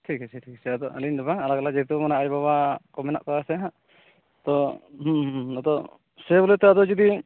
ᱴᱷᱤᱠ ᱟᱪᱷᱮ ᱟᱫᱚ ᱟᱹᱞᱤᱧ ᱫᱚ ᱵᱟᱝ ᱟᱞᱟᱜᱽᱼᱟᱞᱟᱜᱽ ᱡᱮᱦᱮᱛᱩ ᱟᱭᱳᱼᱵᱟᱵᱟ ᱠᱚ ᱢᱮᱱᱟᱜ ᱠᱚᱣᱟᱥ ᱮᱥᱦᱟᱸᱜ ᱛᱚ ᱟᱫᱚ ᱥᱮ ᱵᱚᱞᱮᱛᱮ ᱟᱫᱚ ᱡᱩᱫᱤ